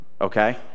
okay